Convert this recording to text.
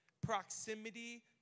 proximity